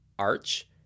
Arch